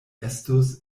estus